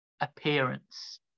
appearance